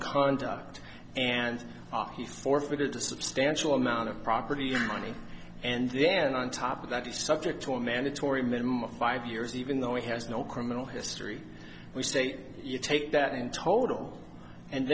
conduct and aki forfeited a substantial amount of property money and then on top of that is subject to a mandatory minimum of five years even though he has no criminal history we state you take that in total and